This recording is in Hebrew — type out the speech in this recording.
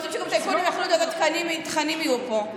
רוצים שגם טייקונים יתחילו להחליט איזה תכנים יהיו פה.